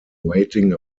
waiting